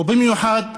ובמיוחד בפריפריה,